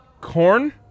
corn